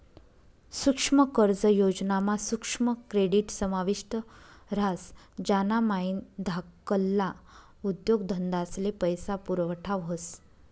सुक्ष्म कर्ज योजना मा सुक्ष्म क्रेडीट समाविष्ट ह्रास ज्यानामाईन धाकल्ला उद्योगधंदास्ले पैसा पुरवठा व्हस